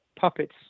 puppets